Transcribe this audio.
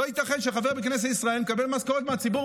לא ייתכן שחבר בכנסת ישראל מקבל משכורת מהציבור